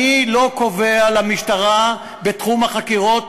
אני לא קובע למשטרה בתחום החקירות,